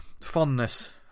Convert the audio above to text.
fondness